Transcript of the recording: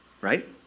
right